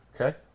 Okay